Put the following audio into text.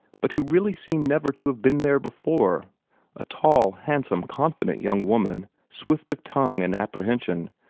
but who really seemed never to have been there before a tall, handsome, confident young woman, swift of tongue and apprehension,